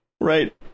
Right